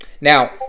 Now